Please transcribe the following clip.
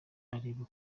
areba